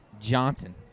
Johnson